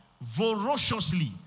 voraciously